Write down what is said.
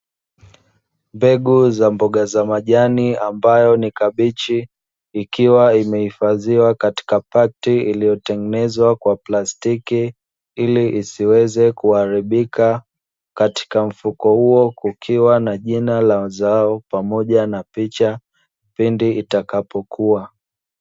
Mbegu za mboga za majani ambayo ni kabichi, ikiwa imehifadhiwa katika pakti iliyotengenezwa kwa plastiki ili isiweze kuharibika. Katika mfuko huo kukiwa na jina la zao pamoja na picha pindi itakapokua.